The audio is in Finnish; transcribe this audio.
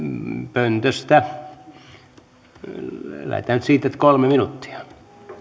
pöntöstä lähdetään nyt siitä että kolme minuuttia